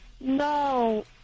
No